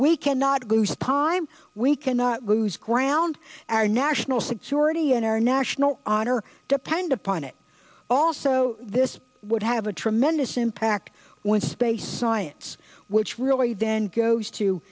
we cannot go to spy we cannot lose ground our national security and our national honor depend upon it also this would have a tremendous impact when space science which really then goes to